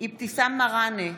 אבתיסאם מראענה,